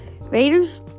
Raiders